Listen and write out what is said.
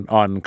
on